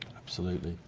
absolutely.